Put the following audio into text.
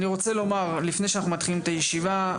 אני רוצה לומר לפני שאנחנו מתחילים את הישיבה,